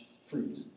fruit